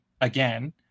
again